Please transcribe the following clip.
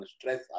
stress